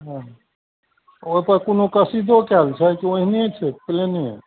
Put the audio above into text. हँ ओइपर कोनो कसिदो कयल छै कि ओहिने छै प्लेने